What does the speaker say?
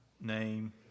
name